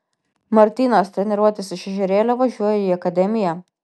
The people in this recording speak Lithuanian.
martynas treniruotis iš ežerėlio važiuoja į akademiją